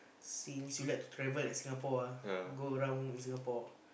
since you like to travel like Singapore ah go around in Singapore